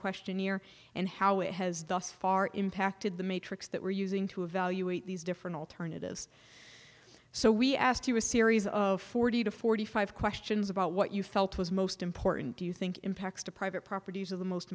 question here and how it has thus far impacted the matrix that we're using to evaluate these different alternatives so we asked you a series of forty to forty five questions about what you felt was most important do you think impacts to private properties of the most